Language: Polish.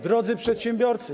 Drodzy Przedsiębiorcy!